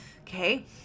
Okay